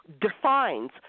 defines